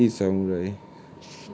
you don't even eat samurai